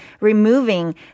removing